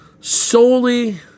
Solely